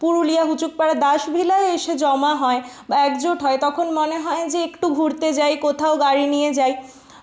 পুরুলিয়া হুজুক পাড়া দাস ভিলায় এসে জমা হয় বা একজোট হয় তখন মনে হয় যে একটু ঘুরতে যাই কোথাও গাড়ি নিয়ে যাই